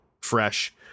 fresh